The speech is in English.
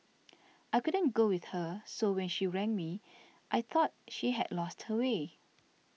I couldn't go with her so when she rang me I thought she had lost her way